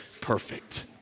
perfect